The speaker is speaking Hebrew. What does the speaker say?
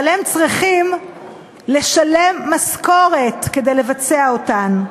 אבל הם צריכים לשלם משכורת כדי לבצע אותן.